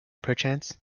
perchance